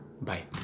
Bye